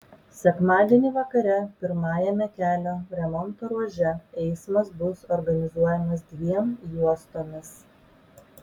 sekmadienį vakare pirmajame kelio remonto ruože eismas bus organizuojamas dviem juostomis